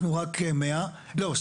אנחנו רק 100. לא,